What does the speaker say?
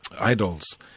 idols